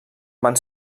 van